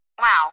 Wow